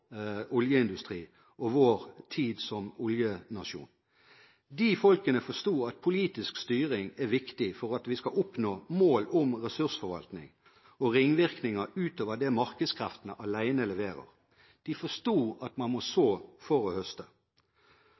oljeindustri og vår tid som oljenasjon. De folkene forsto at politisk styring er viktig for at vi skal oppnå målet om ressursforvaltning og ringvirkninger utover det markedskreftene alene leverer. De forsto at man må så for å høste.